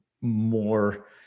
more